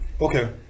okay